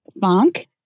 funk